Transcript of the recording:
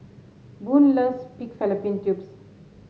Boone loves Pig Fallopian Tubes